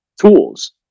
tools